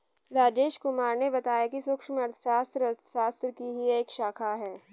राजेश कुमार ने बताया कि सूक्ष्म अर्थशास्त्र अर्थशास्त्र की ही एक शाखा है